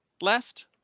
left